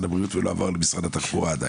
הבריאות ולא עבר למשרד התחבורה עדיין.